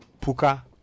Puka